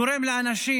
גורם לאנשים